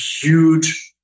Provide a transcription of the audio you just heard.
huge